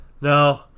no